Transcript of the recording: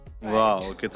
Wow